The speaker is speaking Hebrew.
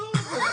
תזכור את זה,